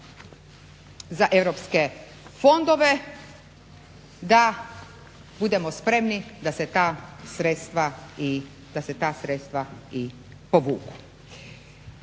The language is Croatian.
za europske fondove da budemo spremni da se ta sredstva i povuku.